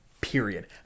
period